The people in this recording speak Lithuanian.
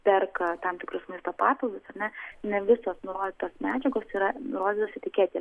perka tam tikrus maisto papildus ar ne ne visos nurodytos medžiagos yra nurodytos etiketė